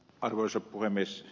arvoisa puhemies